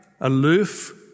aloof